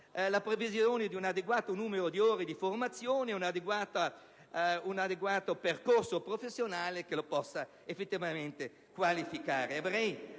prevedere un adeguato numero di ore di formazione e un adeguato percorso professionale che sia effettivamente qualificante.